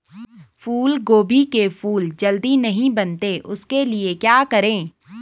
फूलगोभी के फूल जल्दी नहीं बनते उसके लिए क्या करें?